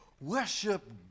Worship